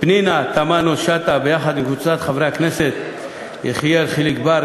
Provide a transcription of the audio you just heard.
פנינה תמנו-שטה ביחד עם חברי הכנסת יחיאל חיליק בר,